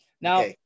Now